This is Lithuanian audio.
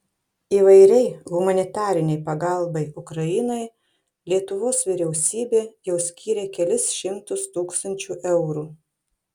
įvairiai humanitarinei pagalbai ukrainai lietuvos vyriausybė jau skyrė kelis šimtus tūkstančių eurų